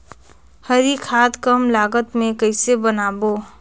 हरी खाद कम लागत मे कइसे बनाबो?